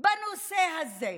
בנושא הזה.